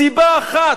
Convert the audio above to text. סיבה אחת,